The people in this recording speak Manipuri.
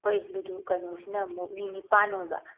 ꯑꯩꯈꯣꯏ ꯂꯨꯗꯣ ꯀꯩꯅꯣꯁꯤꯅ ꯑꯃꯨꯛ ꯃꯤ ꯅꯤꯄꯥꯟ ꯑꯣꯏꯕ